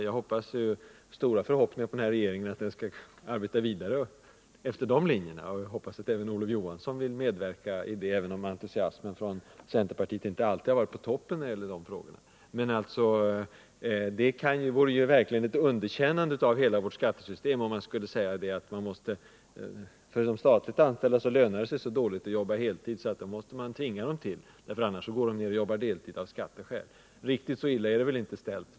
Jag har stora förhoppningar på den här regeringen att den skall arbeta vidare efter de linjerna. Jag hoppas att även Olof Johansson vill medverka i det arbetet, även om entusiasmen från centerpartiets sida inte alltid har varit på toppen när det gäller de frågorna. Det vore verkligen ett underkännande av hela vårt skattesystem om vi skulle säga, att för de statligt anställda lönar det sig så dåligt att jobba heltid att man måste tvinga dem till det, eftersom de annars av skatteskäl övergår till deltid. Riktigt så illa ställt är det väl inte.